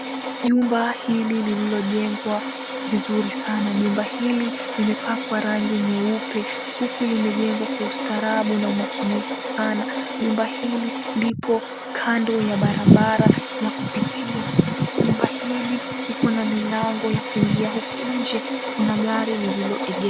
Jumba hili lililojengwa vizuri sana, jumba hili limepakwa rangi nyeupe, huku limejengwa kwa ustaarabu na umakinifu sana. Jumba hili lipo kando ya barabara ya kupitia, jumba hili liko na milango ya kuingia, huku nje kuna gari lililoegeshwa.